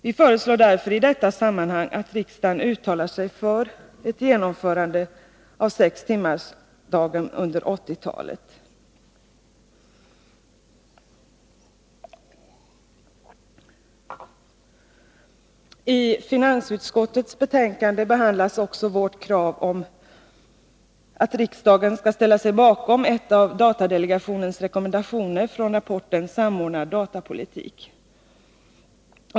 Vi föreslår därför i detta sammanhang att riksdagen uttalar sig för ett genomförande av sextimmarsdagen under 1980-talet. I finansutskottets betänkande behandlas också vårt krav om att riksdagen skall ställa sig bakom en av datadelegationens rekommendationer från rapporten Samordnad datapolitik.